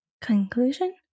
Conclusion